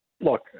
look